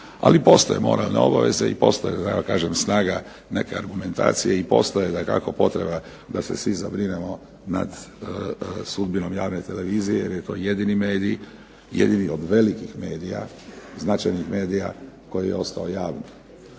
Ali postoje moralne obveze i postoji snaga neke argumentacije i postoji dakako potreba da se svi zabrinemo nad sudbinom javne televizije jer je to jedini medij, jedini od velikih medija, značajnih medija koji je ostao javan.